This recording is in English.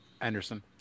Anderson